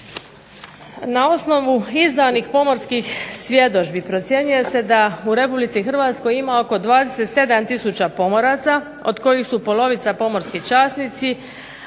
Na osnovu izdanih pomorskih svjedodžbi procjenjuje se da u Republici Hrvatskoj ima oko 27000 pomoraca od kojih su polovica pomorski časnici